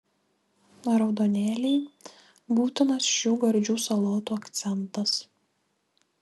raudonėliai būtinas šių gardžių salotų akcentas